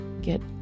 get